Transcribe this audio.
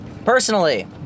personally